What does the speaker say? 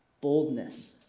boldness